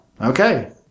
Okay